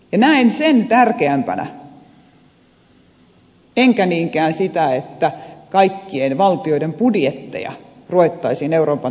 näen sen tärkeämpänä enkä niinkään sitä että kaikkien valtioiden budjetteja ruvettaisiin euroopan tasolla valvomaan